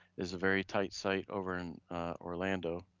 is a very tight site over in orlando.